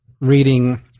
reading